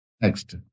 Next